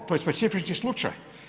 To je specifični slučaj.